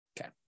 Okay